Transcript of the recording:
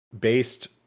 based